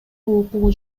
укугу